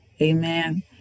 Amen